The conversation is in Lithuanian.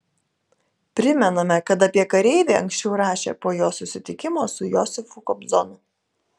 primename kad apie kareivį anksčiau rašė po jo susitikimo su josifu kobzonu